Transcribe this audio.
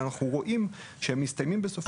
אנחנו רואים שזה מסתיים בסופו של דבר